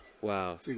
Wow